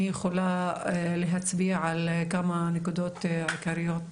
אני יכולה להצביע על כמה נקודות עיקריות: